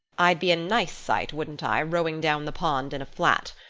i'd be a nice sight, wouldn't i, rowing down the pond in a flat?